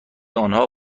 آنها